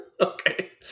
Okay